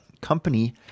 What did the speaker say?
company